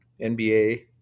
NBA